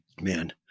Man